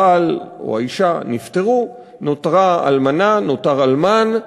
הבעל או האישה נפטרו, נותרה אלמנה, נותר אלמן.